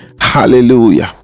Hallelujah